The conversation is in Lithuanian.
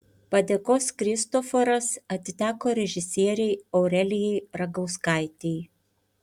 padėkos kristoforas atiteko režisierei aurelijai ragauskaitei